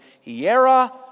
hiera